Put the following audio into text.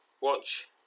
Watch